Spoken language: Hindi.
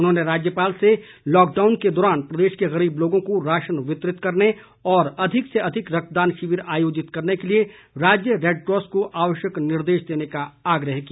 उन्होंने राज्यपाल से लॉकडाउन के दौरान प्रदेश के गरीब लोगों को राशन वितरित करने और अधिक से अधिक रक्तदान शिविर आयोजित करने के लिए राज्य रैडक्रास को आवश्यक निर्देश देने का आग्रह किया